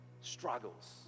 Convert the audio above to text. struggles